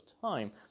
time